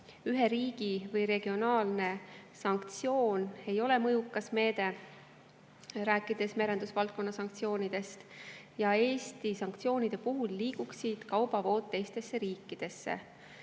ühe riigi või regiooni sanktsioon ei ole mõjukas meede, kui rääkida merendusvaldkonna sanktsioonidest, ja Eesti sanktsioonide puhul liiguksid kaubavood teistesse riikidesse.